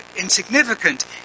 insignificant